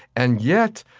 and yet,